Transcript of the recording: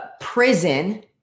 prison